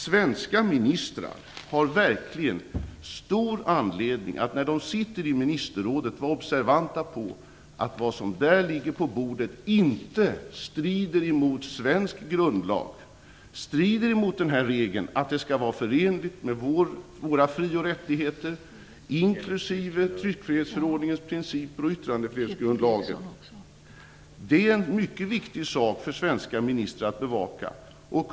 Svenska ministrar har verkligen stor anledning att i ministerrådet vara observanta på att vad som där ligger på bordet inte strider mot svensk grundlag. Strider det mot regeln att det skall vara förenligt med våra fri och rättigheter, inklusive tryckfrihetsförordningens principer och yttrandefrihetsgrundlagen, är det mycket viktigt att svenska ministrar bevakar detta.